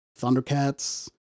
Thundercats